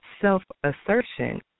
Self-assertion